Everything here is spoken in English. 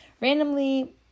randomly